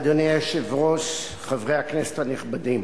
אדוני היושב-ראש, חברי הכנסת הנכבדים,